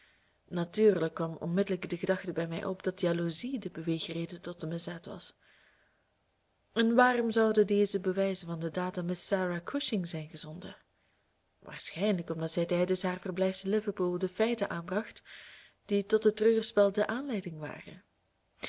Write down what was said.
natuurlijk kwam onmiddellijk de gedachte bij mij op dat jaloezie de beweegreden tot de misdaad was en waarom zouden deze bewijzen van de daad aan miss sarah cushing zijn gezonden waarschijnlijk omdat zij tijdens haar verblijf te liverpool de feiten aanbracht die tot het treurspel de aanleiding waren